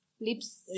lips